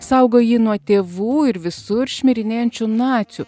saugo jį nuo tėvų ir visur šmirinėjančių nacių